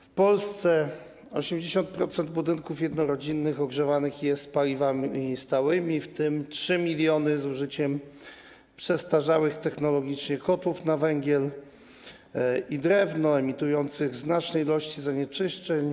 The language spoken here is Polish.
W Polsce 80% budynków jednorodzinnych ogrzewanych jest paliwami stałymi, w tym 3 mln z użyciem przestarzałych technologicznie kotłów na węgiel i drewno emitujących znaczne ilości zanieczyszczeń.